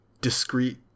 discrete